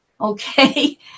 Okay